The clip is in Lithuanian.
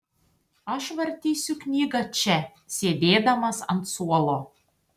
aš vartysiu knygą čia sėdėdamas ant suolo